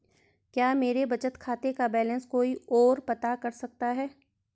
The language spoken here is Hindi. क्या मेरे बचत खाते का बैलेंस कोई ओर पता कर सकता है?